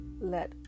let